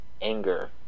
anger